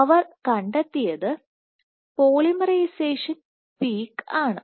അവർ കണ്ടെത്തിയത് polymerisation peak ആണ്